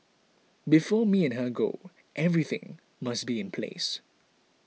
before me and her go everything must be in place